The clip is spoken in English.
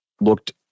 looked